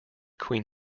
queen